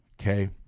okay